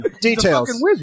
Details